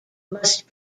must